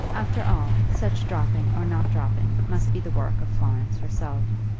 after all, such dropping or not dropping must be the work of florence herself.